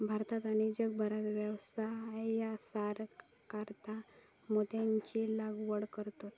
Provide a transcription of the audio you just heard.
भारतात आणि जगभरात व्यवसायासाकारता मोत्यांची लागवड करतत